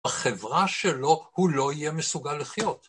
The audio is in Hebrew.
בחברה שלו, הוא לא יהיה מסוגל לחיות.